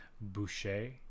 Boucher